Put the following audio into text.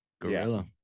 gorilla